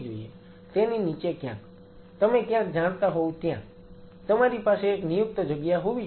તેની નીચે ક્યાંક તમે ક્યાંક જાણતા હોવ ત્યાં તમારી પાસે એક નિયુક્ત જગ્યા હોવી જોઈએ